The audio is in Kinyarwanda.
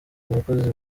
abakozi